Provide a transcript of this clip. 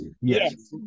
Yes